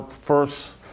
first